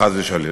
חס ושלום?